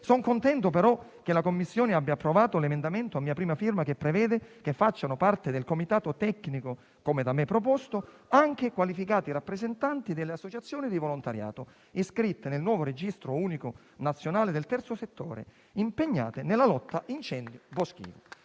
Son contento però che la Commissione abbia approvato l'emendamento a mia prima firma che prevede che facciano parte del comitato tecnico - come da me proposto - anche qualificati rappresentanti delle associazioni di volontariato iscritte nel nuovo registro unico nazionale del terzo settore e impegnate nella lotta agli incendi boschivi.